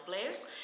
players